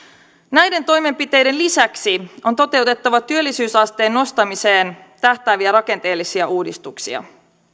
näiden toimenpiteiden lisäksi on toteuttava työllisyysasteen nostamiseen tähtääviä rakenteellisia uudistuksia